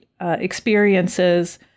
experiences